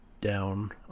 down